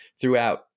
throughout